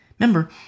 Remember